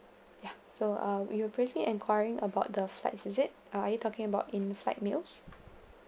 ya so uh you were placing enquiring about the flights is it or are you talking about inflight meals